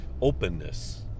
openness